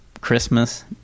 Christmas